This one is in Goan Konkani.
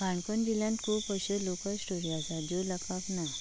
काणकोण जिल्ल्यान खूब अश्यो लोकल स्टोरी आसा ज्यो लोकाक ना